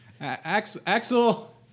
Axel